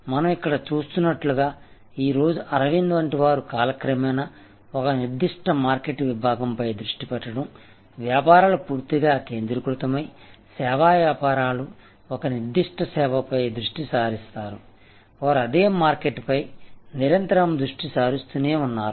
మనం ఇక్కడ చూస్తున్నట్లుగా ఈ రోజు అరవింద్ వంటి వారు కాలక్రమేణా ఒక నిర్దిష్ట మార్కెట్ విభాగంపై దృష్టి పెట్టడం వ్యాపారాలు పూర్తిగా కేంద్రీకృతమై సేవా వ్యాపారాలు ఒక నిర్దిష్ట సేవపై దృష్టి సారిస్తారు వారు అదే మార్కెట్ పై నిరంతరం దృష్టి సారిస్తూనే ఉన్నారు